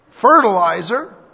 fertilizer